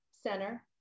center